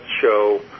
show